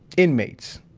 inmates,